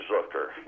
Zucker